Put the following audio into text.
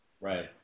Right